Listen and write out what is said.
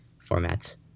formats